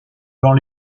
dans